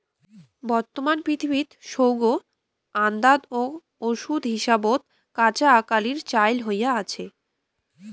বর্তমান পৃথিবীত সৌগ আন্দাত ও ওষুধ হিসাবত কাঁচা আকালির চইল হয়া আছে